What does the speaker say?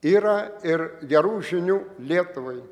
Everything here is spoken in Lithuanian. yra ir gerų žinių lietuvai